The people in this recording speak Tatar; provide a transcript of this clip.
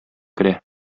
керә